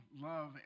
love